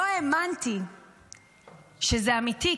לא האמנתי שזה אמיתי,